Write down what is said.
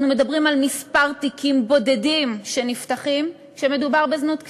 אנחנו מדברים על כמה תיקים בודדים שנפתחים כשמדובר בזנות קטינים,